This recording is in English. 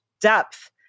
depth